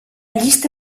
llista